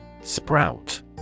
Sprout